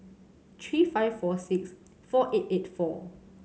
three five four six four eight eighty four